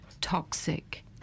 toxic